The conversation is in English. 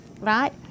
right